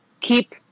keep